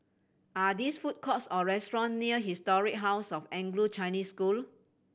are these food courts or restaurants near Historic House of Anglo Chinese School